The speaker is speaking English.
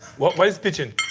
what, what is pigeon?